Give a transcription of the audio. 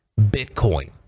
Bitcoin